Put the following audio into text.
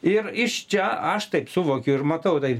ir iš čia aš taip suvokiu ir matau taip